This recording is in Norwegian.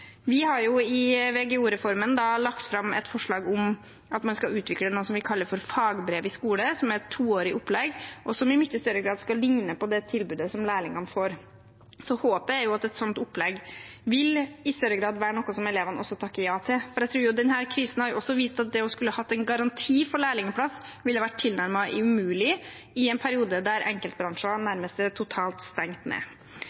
Vi har i vgo-reformen lagt fram et forslag om at man skal utvikle noe som vi kaller for fagbrev i skole, som er et toårig opplegg, og som i mye større grad skal ligne på det tilbudet som lærlingene får. Håpet er at et sånt opplegg i større grad vil være noe som elevene også takker ja til. For jeg tror at denne krisen også har vist at det å skulle ha en garanti for lærlingplass ville vært tilnærmet umulig i en periode der enkeltbransjer nærmest er totalt stengt ned.